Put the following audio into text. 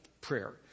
prayer